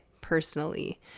personally